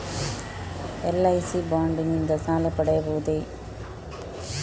LIC bond ನಿಂದ ಸಾಲ ಪಡೆಯಬಹುದೇ?